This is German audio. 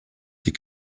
die